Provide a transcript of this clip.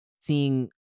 Seeing